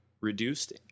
reduced